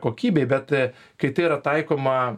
kokybei bet kai tai yra taikoma